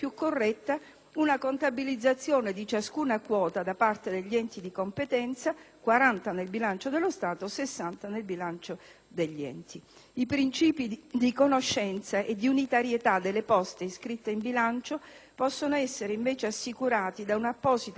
una contabilizzazione di ciascuna quota da parte degli enti di competenza, 40 nel bilancio dello Stato, 60 nel bilancio degli enti. I principi di conoscenza e di unitarietà delle poste iscritte in bilancio possono invece essere assicurati dall'apposita previsione